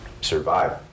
survive